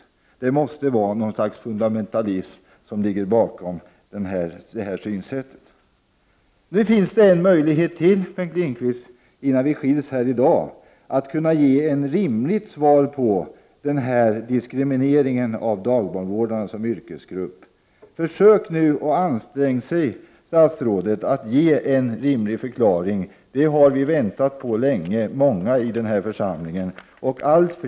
Det måste vara något slags fundamentalism som ligger bakom hans synsätt. Innan vi skiljs härifrån i dag finns det ytterligare en möjlighet för Bengt Lindqvist att ge ett rimligt svar på frågan om denna diskriminering av dagbarnvårdarna som yrkesgrupp. Försök nu att ge en rimlig förklaring! Det har många i denna församling väntat länge på.